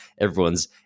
Everyone's